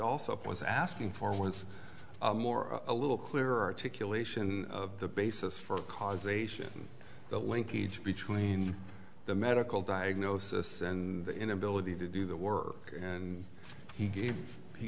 also was asking for once more a little clearer articulation of the basis for causation the linkage between the medical diagnosis and the inability to do the work and he gave he